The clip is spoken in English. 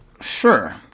sure